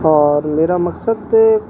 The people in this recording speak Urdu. اور میرا مقصد